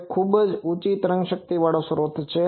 તે ખૂબ જ ઉંચી શક્તિ વાળો ઉત્તેજના સ્રોત છે